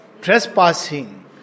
trespassing